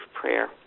prayer